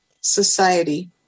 Society